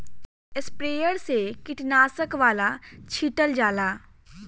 sprayer से कीटनाशक वाला छीटल जाला